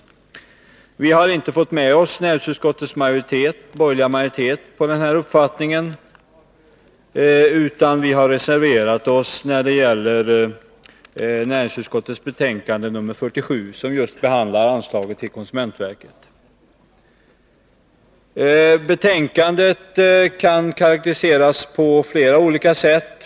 Vi har inte fått med oss näringsutskottets borgerliga majoritet när det gäller denna uppfattning, utan vi har reserverat oss i näringsutskottets betänkande nr 47, som just behandlar anslaget till konsumentverket. Betänkandet kan karakteriseras på flera olika sätt.